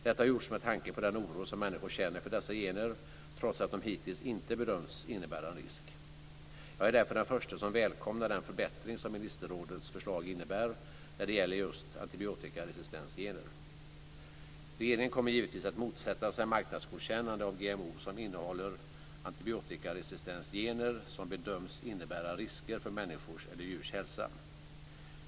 Detta har gjorts med tanke på den oro som människor känner för dessa gener, trots att de hittills inte bedömts innebära en risk. Jag är därför den förste som välkomnar den förbättring som ministerrådets förslag innebär när det gäller antibiotikaresistensgener. Regeringen kommer givetvis att motsätta sig marknadsgodkännande av GMO som innehåller antibiotikaresistensgener som bedöms innebära risker för människors eller djurs hälsa.